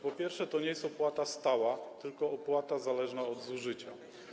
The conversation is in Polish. Po pierwsze, to nie jest opłata stała, tylko opłata zależna od zużycia.